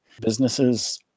businesses